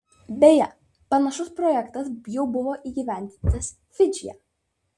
beje panašus projektas jau buvo įgyvendintas fidžyje